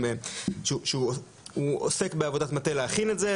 שהוא עוסק בעבודת מטה כדי להכין את זה,